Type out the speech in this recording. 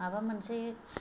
माबा मोनसे